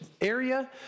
area